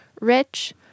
rich